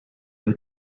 you